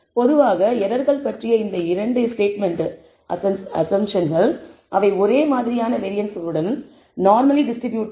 பொதுவாக எரர்கள் பற்றிய இந்த இரண்டு ஸ்டேட்மெண்ட் அஸம்ப்ஷன்கள் அவை ஒரே மாதிரியான வேரியன்ஸ்களுடன் நார்மலி டிஸ்ட்ரிபூட்டட்